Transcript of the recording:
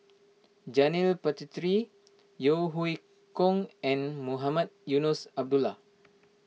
Janil Puthucheary Yeo Hoe Koon and Mohamed Eunos Abdullah